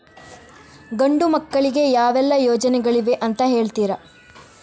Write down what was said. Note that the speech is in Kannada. ಗಂಡು ಮಕ್ಕಳಿಗೆ ಯಾವೆಲ್ಲಾ ಯೋಜನೆಗಳಿವೆ ಅಂತ ಹೇಳ್ತೀರಾ?